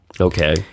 okay